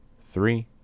three